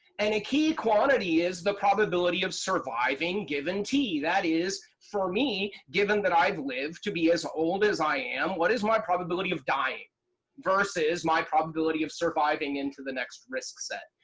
and a key quantity is the probability of surviving given t, that is, for me given that i've lived to be as old as i am, what is my probability of dying versus my probability of surviving into the next risk set.